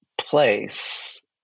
place